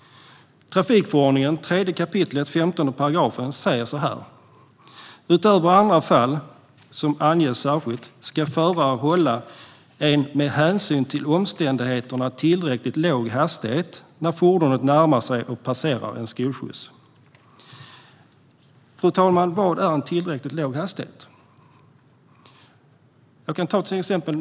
Trafikförordningen 3 kap. 15 § säger: "Utöver andra fall som anges särskilt skall förare hålla en med hänsyn till omständigheterna tillräckligt låg hastighet . när fordonet närmar sig . en skolskjuts." Vad är en tillräckligt låg hastighet, fru talman? Jag kan ta ett exempel.